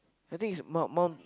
I think it's Mount Mount